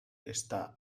está